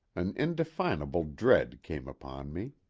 an indefinable dread came upon me.